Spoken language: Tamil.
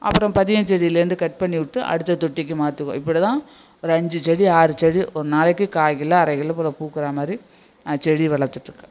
அப்புறம் பதியம் செடிலேந்து கட் பண்ணிவிட்டு அடுத்தது தொட்டிக்கு மாற்றுவோம் இப்படி தான் ஒரு அஞ்சு செடி ஆறு செடி ஒரு நாளைக்கு காக்கிலோ அரைக்கிலோ போல் பூக்குற மாதிரி நான் செடி வளர்த்துட்ருக்கேன்